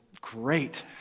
great